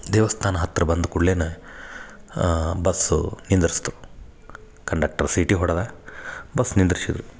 ದೇವಸ್ಥಾನ ಹತ್ತಿರ ಬಂದು ಕೂಡಲೆನಾ ಬಸ್ಸು ನಿಂದರ್ಸ್ತು ಕಂಡಕ್ಟರ್ ಸೀಟಿ ಹೊಡ್ದ ಬಸ್ ನಿಂದರ್ಸಿದ್ದರು